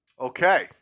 okay